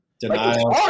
Denial